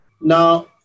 Now